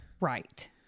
Right